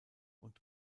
und